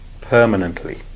permanently